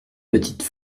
petites